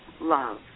love